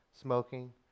smoking